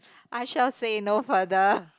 I shall say no further